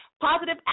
positive